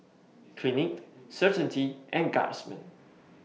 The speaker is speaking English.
Clinique Certainty and Guardsman